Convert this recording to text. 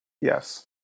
Yes